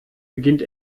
beginnt